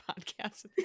podcast